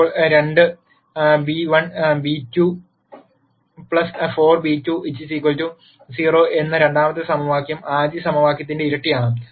ഇപ്പോൾ 2b1 4b2 0 എന്ന രണ്ടാമത്തെ സമവാക്യം ആദ്യ സമവാക്യത്തിന്റെ ഇരട്ടിയാണ്